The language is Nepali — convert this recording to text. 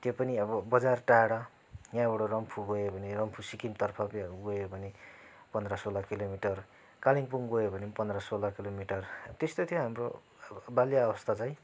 त्यो पनि अब बजार टाढा यहाँबाट रम्फू गयो भने रम्फू सिक्किमतर्फ गयो भने पन्ध्र सोह्र किलोमिटर कालिम्पोङ गयो भने पनि पन्ध्र सोह्र किलोमिटर त्यस्तो थियो अब हाम्रो बाल्यअवस्था चाहिँ